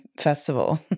festival